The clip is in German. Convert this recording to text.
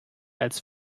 als